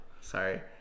Sorry